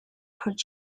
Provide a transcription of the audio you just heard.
court